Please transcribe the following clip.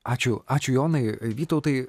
ačiū ačiū jonai vytautai